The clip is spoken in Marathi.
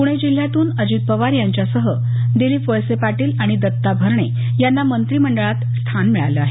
पूणे जिल्ह्यातून अजित पवार यांच्यासह दिलीप वळसे पाटील आणि दत्ता भरणे यांना मंत्रीमंडळात स्थान मिळालं आहे